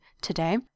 today